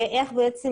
ואיך בעצם